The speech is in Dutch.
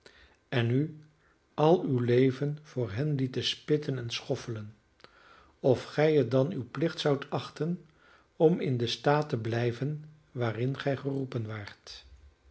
en u al uw leven voor hen lieten spitten en schoffelen of gij het dan uw plicht zoudt achten om in den staat te blijven waarin gij geroepen waart